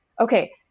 Okay